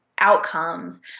Outcomes